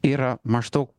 yra maždaug